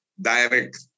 direct